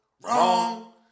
Wrong